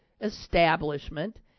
establishment